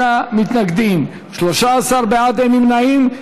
55 מתנגדים, 13 בעד, אין נמנעים.